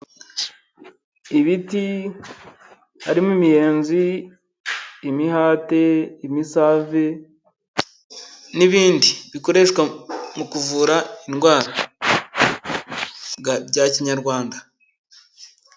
Ibiti harimo imiyenzi, imihati, imisave, n'ibindi bikoreshwa mu kuvura indwara bya kinyarwanda.